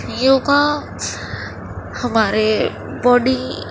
یوگا ہمارے باڈی